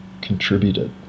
contributed